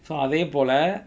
so அதே போல:athe pola